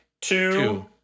two